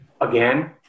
again